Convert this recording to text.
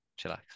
chillax